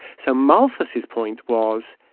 so malthus' point was,